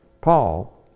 Paul